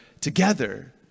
together